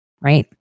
right